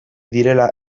direla